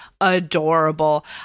adorable